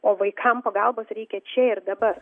o vaikam pagalbos reikia čia ir dabar